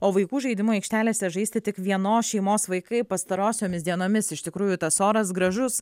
o vaikų žaidimų aikštelėse žaisti tik vienos šeimos vaikai pastarosiomis dienomis iš tikrųjų tas oras gražus